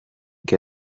que